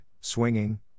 swinging